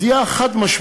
שהיא הודיעה חד-משמעית,